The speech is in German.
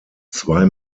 zwei